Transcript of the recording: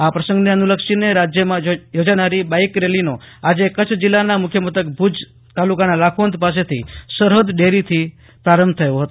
આ પ્રસંગને અનુલક્ષીને રાજ્યમાં યોજાનારી બાઈક રેલીનો આજે કચ્છ જીલ્લાના મુખ્યમથક ભુજ તાલુકાના લાખોંદ પાસેની સરહદ દેરીથી પ્રારંભ થયો છે